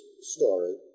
story